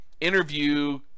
Interview